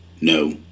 no